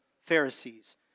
Pharisees